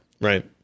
Right